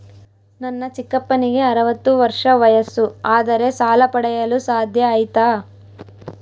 ನನ್ನ ಚಿಕ್ಕಪ್ಪನಿಗೆ ಅರವತ್ತು ವರ್ಷ ವಯಸ್ಸು ಆದರೆ ಸಾಲ ಪಡೆಯಲು ಸಾಧ್ಯ ಐತಾ?